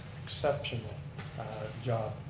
exceptional job,